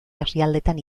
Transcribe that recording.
herrialdetan